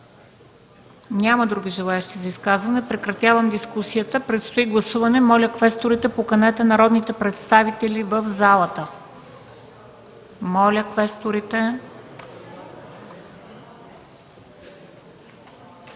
Няма. Други желаещи за изказвания? Няма. Прекратявам дискусията. Предстои гласуване. Моля, квесторите, поканете народните представители в залата. Гласуваме